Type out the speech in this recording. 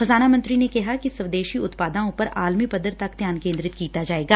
ਖ਼ਜਾਨਾ ਮੰਤਰੀ ਨੇ ਕਿਹਾ ਕਿ ਸਵਦੇਸ਼ੀ ਉਪਰ ਆਲਮੀ ਪੱਧਰ ਤੱਕ ਧਿਆਨ ਕੇਂਦਰਿਤ ਕੀਤਾ ਜਾਏਗਾ